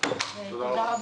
מי נמנע?